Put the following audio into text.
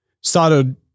started